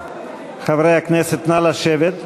נא לשבת.